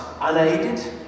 unaided